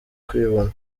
kwibona